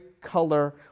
color